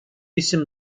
isim